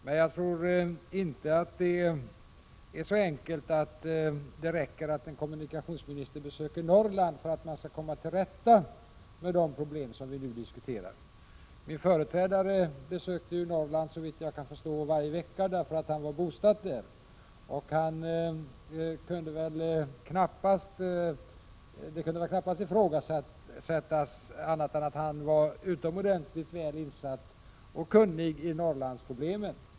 Men jag tror inte att det är så enkelt att det räcker med att en kommunikationsminister besöker Norrland för att man skall komma till rätta med de problem som vi nu diskuterar. Såvitt jag kan förstå besökte min företrädare Norrland varje vecka, eftersom han var bosatt där. Ingen kan hävda annat än att han var utomordentligt insatt och kunnig när det gäller Norrlandsproblemen.